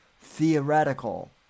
theoretical